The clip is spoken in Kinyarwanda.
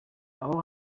aho